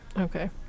Okay